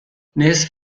نصف